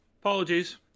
Apologies